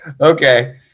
Okay